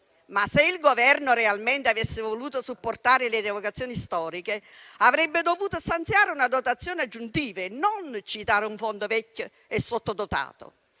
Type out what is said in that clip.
Se però il Governo realmente avesse voluto supportare le rievocazioni storiche, avrebbe dovuto stanziare una dotazione aggiuntiva e non citare un fondo vecchio e sottodotato.